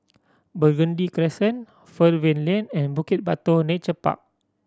Burgundy Crescent Fernvale Lane and Bukit Batok Nature Park